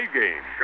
game